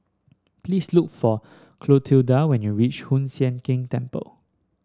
please look for Clotilda when you reach Hoon Sian Keng Temple